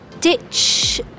ditch